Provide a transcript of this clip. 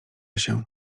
się